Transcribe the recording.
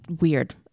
weird